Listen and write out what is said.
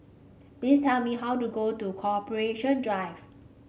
please tell me how to go to Corporation Drive